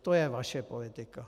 To je vaše politika.